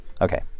Okay